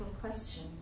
question